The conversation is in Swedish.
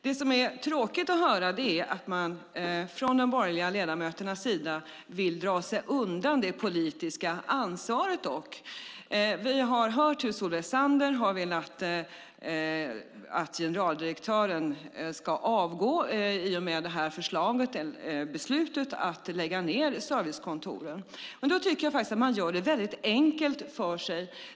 Det som är tråkigt att höra är att de borgerliga ledamöterna vill dra sig undan det politiska ansvaret. Vi har hört hur Solveig Zander har velat att generaldirektören ska avgå i och med beslutet att lägga ned servicekontoren. Men då tycker jag faktiskt att man gör det väldigt enkelt för sig.